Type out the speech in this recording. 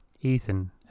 Ethan